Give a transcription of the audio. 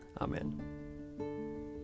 Amen